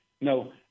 no